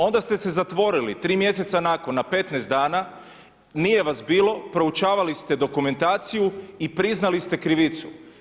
Onda ste se zatvorili, 3 mj. nakon, na 15 dana, nije vas bilo, proučavali ste dokumentaciju i priznali ste krivicu.